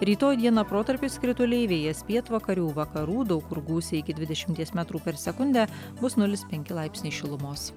rytoj dieną protarpiais krituliai vėjas pietvakarių vakarų daug kur gūsiai iki dvidešimties metrų per sekundę bus nulis penki laipsniai šilumos